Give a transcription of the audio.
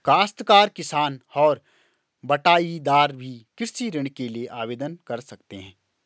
काश्तकार किसान और बटाईदार भी कृषि ऋण के लिए आवेदन कर सकते हैं